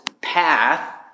path